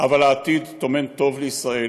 אבל העתיד טומן טוב לישראל,